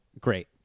great